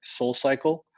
SoulCycle